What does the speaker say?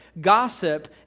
Gossip